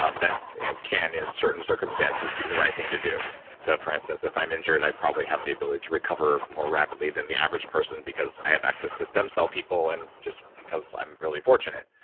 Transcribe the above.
ah that you know can, in certain circumstances, be the right thing to do so for instance, if i'm injured, i probably have the ability to recover more rapidly than the average person because i have access to stem cell people, and just because i'm really fortunate.